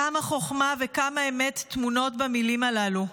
כמה חוכמה וכמה אמת טמונות במילים הללו.